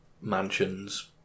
mansion's